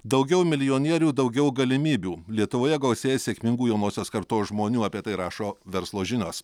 daugiau milijonierių daugiau galimybių lietuvoje gausėja sėkmingų jaunosios kartos žmonių apie tai rašo verslo žinios